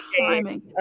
timing